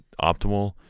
optimal